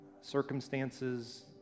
circumstances